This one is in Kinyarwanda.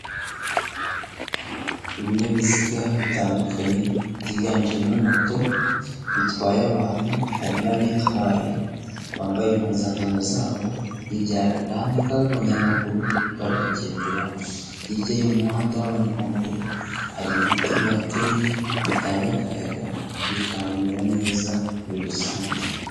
Ibinyabiziga bitandukanye byiganjemo moto bitwaye abantu hari n'abitwaye bambaye impuzankano zabo, hirya hari agahandada k'abanyamaguru bari kugenderamo, hirya y'umuhanda w'abanyamaguru hari ibiti bihateye bitanga akayaga bikamera neza muri rusange.